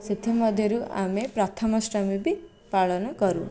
ସେଥିମଧ୍ୟରୁ ଆମେ ପ୍ରଥମାଷ୍ଟମୀ ବି ପାଳନ କରୁ